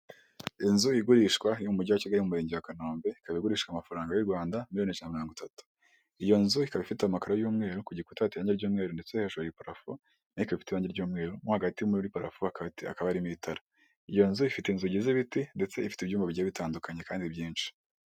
Inzu igurishwa iri mu mujyi wa Kigali murenge wa Kanombe; ikaba igurishwa amafaranga y'u rwanda miliyoni Ijana na mirongo itatu. Iyo nzu ikabafite amakaro y'umweru ku gikuta hateye irange ry'mweru ndetse hejuru hari parafo hakaba harimo itara. Iyo nzu ifite inzugi z'ibiti ndetse ifite ibyumba bigiye bitandukanye kandi byinshi.